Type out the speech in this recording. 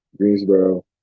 Greensboro